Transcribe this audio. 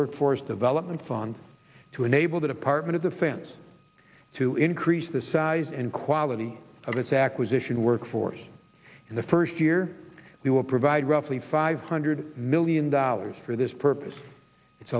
workforce development fund to enable the department of defense to increase the size and quality of its acquisition workforce in the first year we will provide roughly five hundred million dollars for this purpose it's